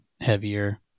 heavier